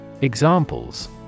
Examples